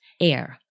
air